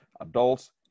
adults